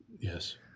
Yes